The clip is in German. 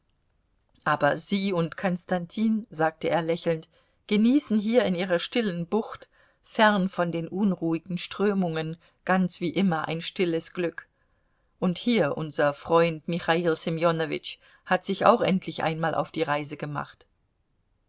aber sie und konstantin sagte er lächelnd genießen hier in ihrer stillen bucht fern von den unruhigen strömungen ganz wie immer ein stilles glück und hier unser freund michail semjonowitsch hat sich auch endlich einmal auf die reise gemacht